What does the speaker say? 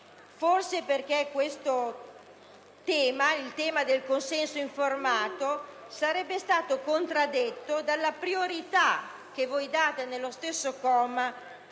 Forse perché questo tema del consenso informato sarebbe stato contraddetto dalla priorità che date nello stesso comma